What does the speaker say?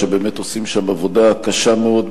שבאמת עושים שם עבודה קשה מאוד,